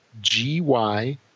G-Y